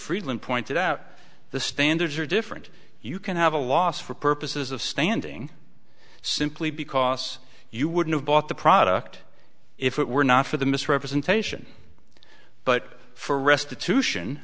friedman pointed out the standards are different you can have a loss for purposes of standing simply because you wouldn't have bought the product if it were not for the misrepresentation but for restitution